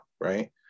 right